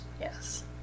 Yes